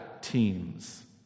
teams